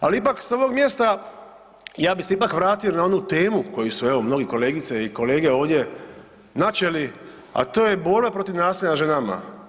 Ali ipak s ovog mjesta, ja bih se ipak vratio na onu temu koju su evo, mnoge kolegice i kolege ovdje načeli, a to je borba protiv nasilja nad ženama.